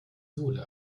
sohle